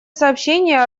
сообщения